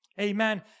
Amen